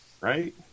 Right